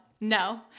no